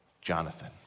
Jonathan